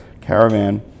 caravan